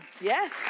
yes